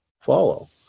follow